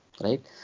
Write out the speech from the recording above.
right